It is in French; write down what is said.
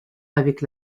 avec